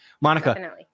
Monica